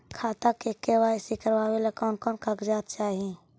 खाता के के.वाई.सी करावेला कौन कौन कागजात चाही?